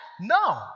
No